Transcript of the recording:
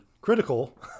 critical